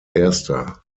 erster